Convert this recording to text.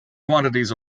quantities